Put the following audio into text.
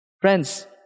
Friends